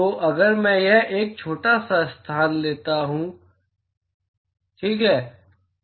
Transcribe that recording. तो अगर मैं यहाँ एक छोटा सा स्थान लेता हूँ ठीक है